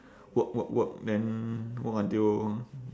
work work work then work until